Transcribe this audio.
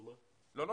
לא,